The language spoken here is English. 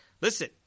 listen